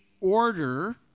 order